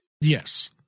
yes